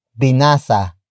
binasa